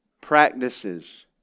practices